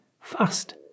fast